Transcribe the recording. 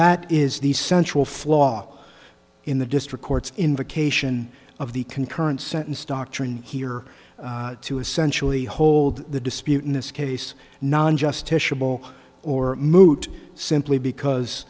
that is the central flaw in the district court's invocation of the concurrent sentence doctrine here to essentially hold the dispute in this case non justiciable or moot simply because